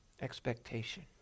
expectation